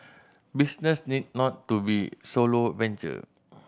business need not to be solo venture